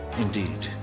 indeed,